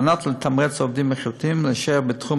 על מנת לתמרץ עובדים איכותיים להישאר בתחום